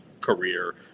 career